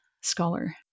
scholar